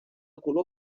color